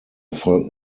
erfolg